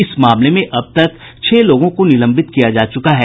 इस मामले में अब तक छह लोगों को निलंबित किया जा चुका है